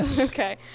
Okay